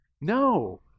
No